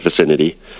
vicinity